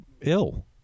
ill